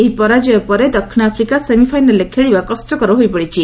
ଏହି ପରାଜୟ ପରେ ଦକ୍ଷିଣ ଆଫ୍ରିକା ସେମିଫାଇନାଲ୍ରେ ଖେଳିବା କଷ୍ଟକର ହୋଇପଡ଼ିଛି